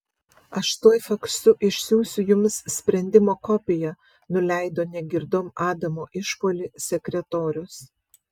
aš tuoj faksu išsiųsiu jums sprendimo kopiją nuleido negirdom adamo išpuolį sekretorius